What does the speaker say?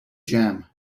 jam